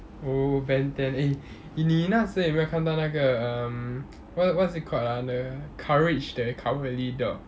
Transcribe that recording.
oh ben ten eh 你你那时有没有看到那个 um what what's it called ah the courage the cowardly dog